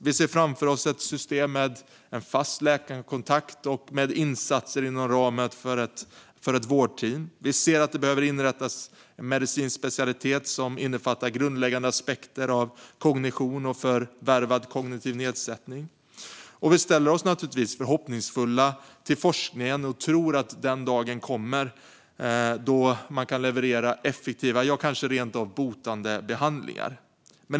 Vi ser framför oss ett system med fast läkarkontakt och insatser inom ramen för ett vårdteam. Vi anser att det behöver inrättas en medicinsk specialitet som innefattar grundläggande aspekter av kognition och förvärvad kognitiv nedsättning. Vi ställer oss också förhoppningsfulla till forskningen och tror att den en dag kommer att leverera effektiva och kanske rent av botande behandlingar.